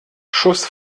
schuss